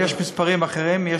יש מספרים אחרים?